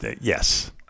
Yes